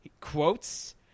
quotes